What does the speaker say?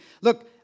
Look